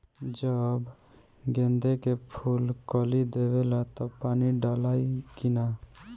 जब गेंदे के फुल कली देवेला तब पानी डालाई कि न?